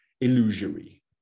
illusory